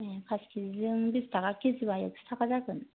ए पास केजिजों बिस थाखा केजिबा एकस' थाखा जागोन